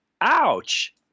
Ouch